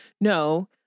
no